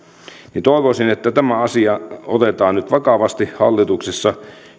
toivoisin että tämä asia otetaan nyt vakavasti hallituksessa